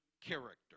character